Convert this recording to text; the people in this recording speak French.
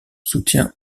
soutien